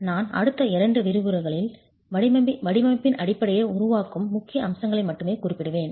நான் அடுத்த இரண்டு விரிவுரைகளில் வடிவமைப்பின் அடிப்படையை உருவாக்கும் முக்கிய அம்சங்களை மட்டுமே குறிப்பிடுவேன்